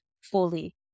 fully